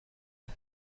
amb